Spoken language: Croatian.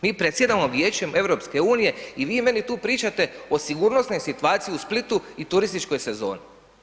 Mi predsjedamo Vijeće EU-e i vi meni tu pričate o sigurnosnoj situaciji u Splitu i turističkoj sezoni.